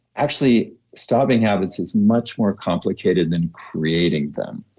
actually, stopping habits is much more complicated than creating them.